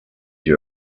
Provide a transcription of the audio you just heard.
you